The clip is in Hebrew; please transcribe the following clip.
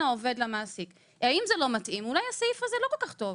אם זה לא מתאים, אולי הסעיף הזה לא כל כך טוב.